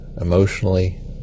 emotionally